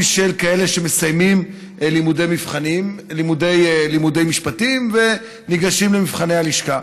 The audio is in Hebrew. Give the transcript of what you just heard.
של מסיימי לימודי משפטים וניגשים למבחני הלשכה.